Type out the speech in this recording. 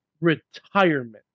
retirement